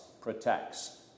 protects